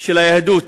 של היהדות: